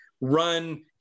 run